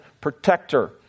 protector